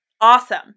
Awesome